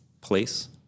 place